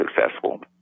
successful